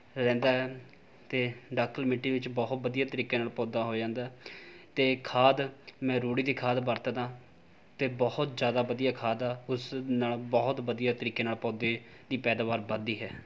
ਰਹਿੰਦਾ ਹੈ ਅਤੇ ਡਾਕਰ ਮਿੱਟੀ ਵਿੱਚ ਬਹੁਤ ਵਧੀਆ ਤਰੀਕੇ ਨਾਲ ਪੌਦਾ ਹੋ ਜਾਂਦਾ ਅਤੇ ਖਾਦ ਮੈਂ ਰੂੜੀ ਦੀ ਖਾਦ ਵਰਤਦਾ ਅਤੇ ਬਹੁਤ ਜ਼ਿਆਦਾ ਵਧੀਆ ਖਾਦ ਉਸ ਨਾਲ ਬਹੁਤ ਵਧੀਆ ਤਰੀਕੇ ਨਾਲ ਪੌਦੇ ਦੀ ਪੈਦਾਵਾਰ ਵੱਧਦੀ ਹੈ